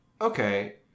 okay